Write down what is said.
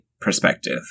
perspective